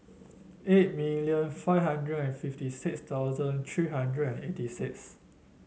eight million five hundred and fifty six thousand three hundred and eighty six